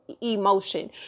emotion